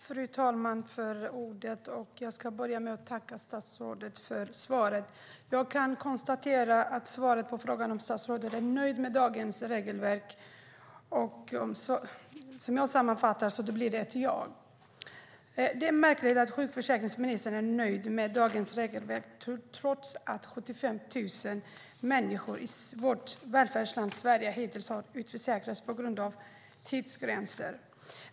Fru talman! Jag ska börja med att tacka statsrådet för svaret. Jag kan konstatera att svaret på frågan om huruvida statsrådet är nöjd med dagens regelverk blir ett ja. Så sammanfattar jag det. Det är märkligt att sjukförsäkringsministern är nöjd med dagens regelverk trots att 75 000 människor i vårt välfärdsland Sverige hittills har utförsäkrats på grund av tidsgränser.